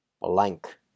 blank